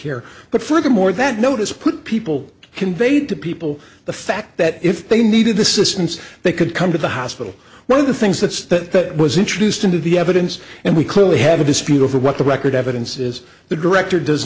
care but furthermore that notice put people conveyed to people the fact that if they needed assistance they could come to the hospital one of the things that's that was introduced into the evidence and we clearly have a dispute over what the record evidence is the director does